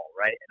right